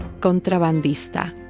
Contrabandista